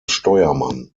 steuermann